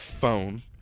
phone